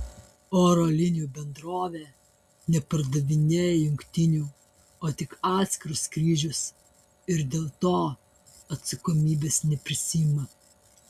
oro linijų bendrovė nepardavinėja jungtinių o tik atskirus skrydžius ir dėl to atsakomybės neprisiima